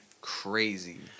crazy